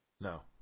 No